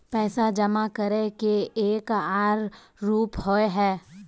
पैसा जमा करे के एक आर रूप होय है?